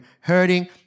hurting